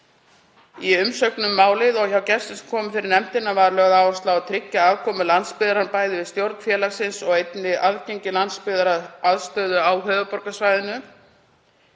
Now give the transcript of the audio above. Í umsögnum um málið og hjá gestum sem komu fyrir nefndina var lögð áhersla á að tryggja aðkomu landsbyggðarinnar, bæði að stjórn félagsins og einnig aðgengi landsbyggðar að aðstöðu á höfuðborgarsvæðinu.